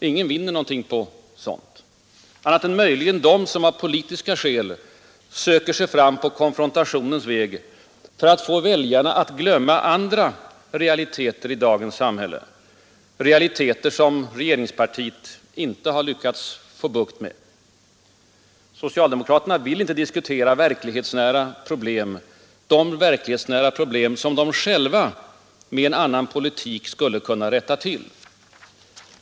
Ingen vinner något på sådant, inga andra än möjligen de som av politiska skäl söker sig fram på konfrontationens väg för att få väljarna att glömma andra realiteter i dagens samhälle, realiteter som regeringspartiet inte lyckats få bukt med. Socialdemokraterna vill inte diskutera de verklighetsnära problem som de själva med en annan politik skulle kunna rätta till.